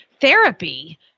therapy